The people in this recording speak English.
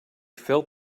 felt